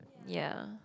ya